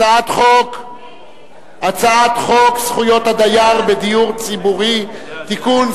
הצעת חוק זכויות הדייר בדיור הציבורי (תיקון,